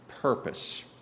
purpose